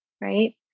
right